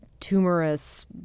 tumorous